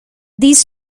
these